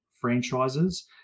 franchises